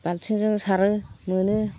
बाल्थिंजों सारो मोनो